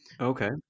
Okay